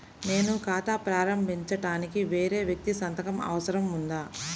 నేను ఖాతా ప్రారంభించటానికి వేరే వ్యక్తి సంతకం అవసరం ఉందా?